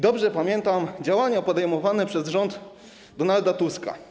Dobrze pamiętam działania podejmowane przez rząd Donalda Tuska.